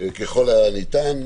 ככל הניתן.